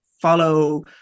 follow